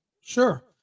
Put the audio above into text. Sure